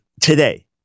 today